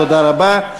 תודה רבה.